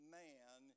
man